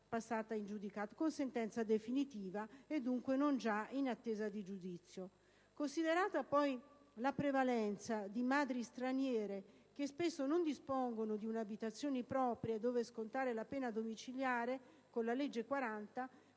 chi già è condannato con sentenza definitiva e dunque non già in attesa di giudizio. Considerata poi la prevalenza di madri straniere, che spesso non dispongono di un'abitazione propria dove scontare la pena domiciliare, con la legge n.